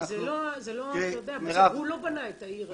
הוא לא בנה את העיר.